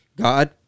God